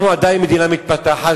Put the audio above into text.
אנחנו עדיין מדינה מתפתחת,